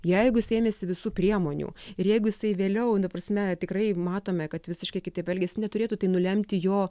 jeigu jisai ėmėsi visų priemonių ir jeigu jisai vėliau nu ta prasme tikrai matome kad visiškai kitaip elgiasi neturėtų tai nulemti jo